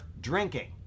drinking